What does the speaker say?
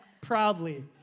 proudly